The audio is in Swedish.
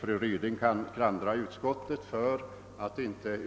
Fru Ryding klandrar utskottet för att det inte